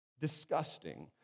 disgusting